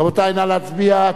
רבותי, נא להצביע.